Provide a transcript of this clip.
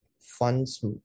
funds